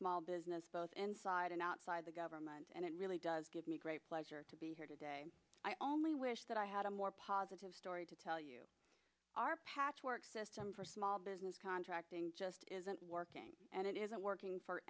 small business both inside and outside the government and it really does give me great pleasure to be here today i only wish that i had a more positive story to tell you our patchwork system for small business contracting just isn't working and it isn't working for